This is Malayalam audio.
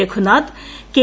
രഘുനാഥ് കെ